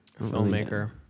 Filmmaker